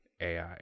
AI